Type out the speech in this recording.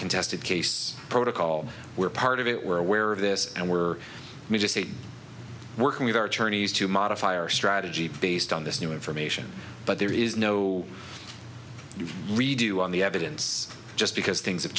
contested case protocol we're part of it we're aware of this and we're working with our attorneys to modify our strategy based on this new information but there is no redo on the evidence just because things have